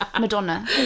Madonna